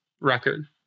record